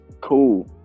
cool